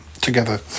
together